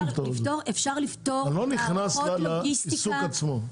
אני לא נכנס לעיסוק עצמו.